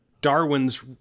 Darwin's